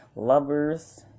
Lovers